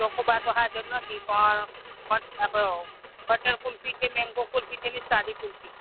ચોકોબાર તો હાજર નથી પણ મન આપણે બટર કુલ્ફી છે મેંગો કુલ્ફી છે અને સાદી કુલ્ફી છે